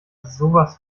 sowas